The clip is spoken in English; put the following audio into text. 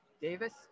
Davis